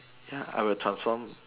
ya I will transform